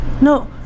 No